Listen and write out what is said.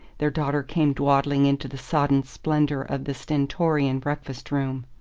their daughter came dawdling into the sodden splendour of the stentorian breakfast-room.